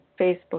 Facebook